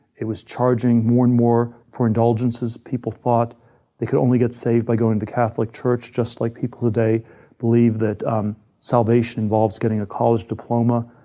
it was charging more and more or indulgences. people thought they could only get saved by going to catholic church just like people today believe that um salvation involves getting a college diploma.